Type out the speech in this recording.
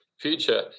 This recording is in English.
future